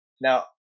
Now